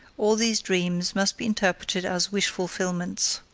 all these dreams must be interpreted as wish-fulfillments.